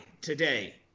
today